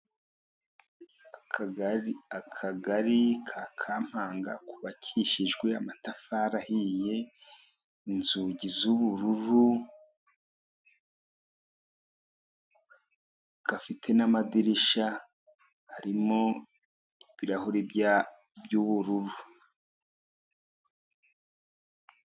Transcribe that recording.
Akagari, Akagari ka Kampanga kubabakishijwe amatafari ahiye, inzugi z'ubururu, gafite n'amadirishya harimo ibirahuri by'ubururu.